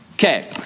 Okay